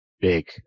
big